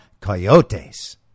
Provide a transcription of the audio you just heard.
coyotes